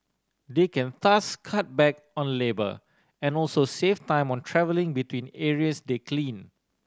they can thus cut back on labour and also save time on travelling between areas they clean